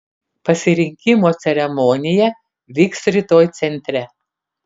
pasirinkimo ceremonija vyks rytoj centre